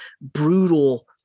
brutal